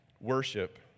worship